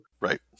Right